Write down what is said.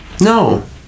No